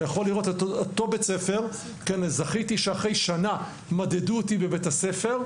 אתה יכול את אותו בית-הספר זכיתי שאחרי שנה מדדו אותי בבית-הספר,